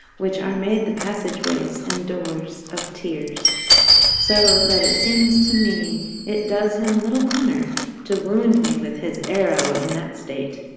which are made the passageways and doors of tears so that it seems to me it does him little honour to wound me with his arrow, in that state,